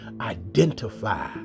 identify